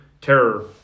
terror